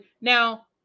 Now